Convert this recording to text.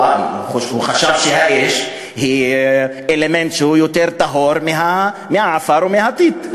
הוא חשב שהאש היא אלמנט שהוא יותר טהור מהעפר או מהטיט.